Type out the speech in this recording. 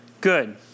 Good